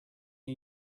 you